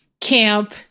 camp